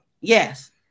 yes